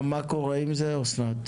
מה קורה עם זה, אסנת?